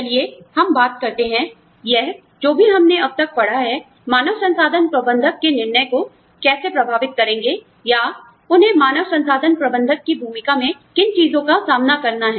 चलिए हम बात करते हैं यह जो भी हमने अब तक पढ़ा है मानव संसाधन प्रबंधक के निर्णय को कैसे प्रभावित करेंगे या उन्हें मानव संसाधन प्रबंधक की भूमिका में किन चीजों का सामना करना है